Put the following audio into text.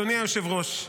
אדוני היושב-ראש.